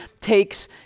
takes